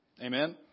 Amen